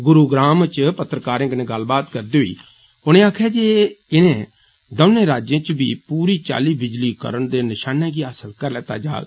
गुरुग्राम च पत्रकारें कन्ने गल्लबात करदे होई उनें आक्खेआ जे इने दवै राज्यें च बी पूरी चाल्ली बिजलीकरण दे नषाने गी हासल करी लैता जाग